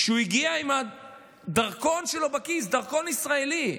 כשהוא הגיע עם הדרכון שלו בכיס, דרכון ישראלי,